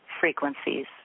frequencies